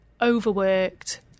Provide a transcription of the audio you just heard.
overworked